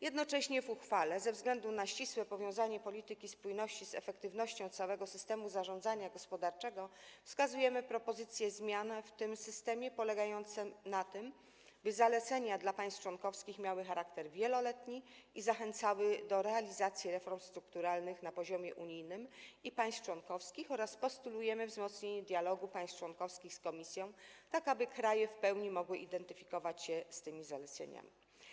Jednocześnie w uchwale ze względu na ścisłe powiązanie polityki spójności z efektywnością całego systemu zarządzania gospodarczego przedkładamy propozycje zmian w tym systemie polegające na tym, tak by zalecenia dla państw członkowskich miały charakter wieloletni i zachęcały do realizacji reform strukturalnych na poziomie unijnym i państw członkowskich, oraz postulujemy wzmocnienie dialogu państw członkowskich z komisją, tak aby kraje w pełni mogły identyfikować się z tymi zaleceniami.